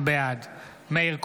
בעד מאיר כהן,